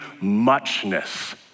muchness